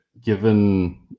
given